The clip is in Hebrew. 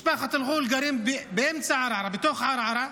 משפחת אל-ע'ול גרים באמצע ערערה, בתוך ערערה,